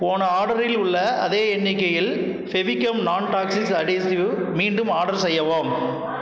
போன ஆர்டரில் உள்ள அதே எண்ணிக்கையில் ஃபெவிகம் நாண் டாக்ஸிக் அதேசிவை மீண்டும் ஆர்டர் செய்யவும்